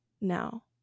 now